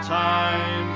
time